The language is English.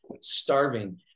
starving